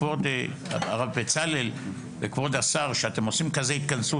כבוד הרב בצלאל וכבוד השר שאתם עושים כזו התכנסות,